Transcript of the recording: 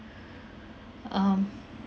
um